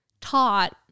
taught